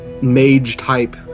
mage-type